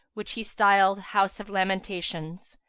which he styled house of lamentations,